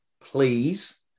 please